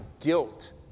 guilt